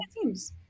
teams